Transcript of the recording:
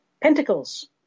pentacles